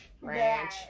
Ranch